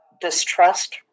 Distrust